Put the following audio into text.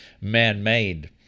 man-made